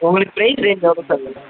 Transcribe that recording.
உங்களுக்கு price rate எவ்வளோ sir வேணும்